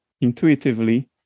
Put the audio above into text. intuitively